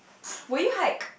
will you hike